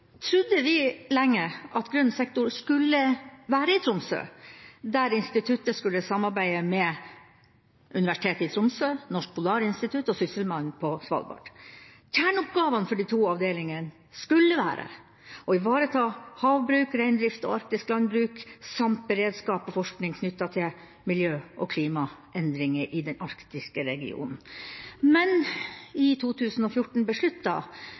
trodde vi lenge at grønn sektor skulle være i Tromsø, der instituttet skulle samarbeide med Universitetet i Tromsø, Norsk Polarinstitutt og Sysselmannen på Svalbard. Kjerneoppgavene for de to avdelingene skulle være å ivareta havbruk, reindrift og arktisk landbruk, samt beredskap og forskning knyttet til miljø- og klimaendringer i den arktiske regionen. Men i 2014